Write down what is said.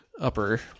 upper